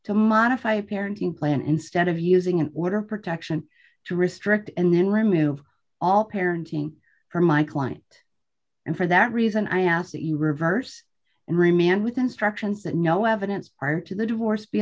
to modify a parenting plan instead of using an order of protection to restrict and then remove all parenting from my client and for that reason i asked you reverse and remand with instructions that no evidence prior to the divorce be